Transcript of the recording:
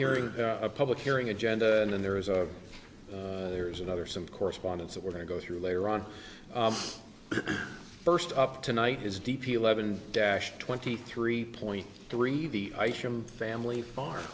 hearing a public hearing agenda and there is a there's another some correspondence that we're going to go through later on but first up tonight is deep eleven dash twenty three point three the ice from family farm